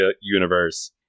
universe